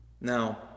Now